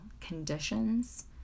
conditions